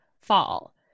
fall